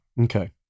okay